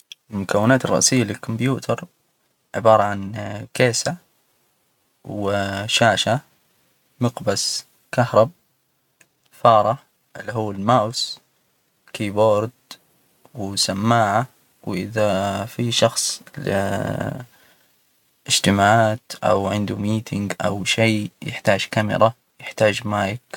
المكونات الرئيسية للكمبيوتر عبارة عن كيسة، وشاشة، مقبس كهرب، فارة اللي هو الماوس ، كيبورد وسماعة، وإذا في شخص ل إجتماعات أو عنده ميتنج أو شي يحتاج كاميرا، يحتاج مايك.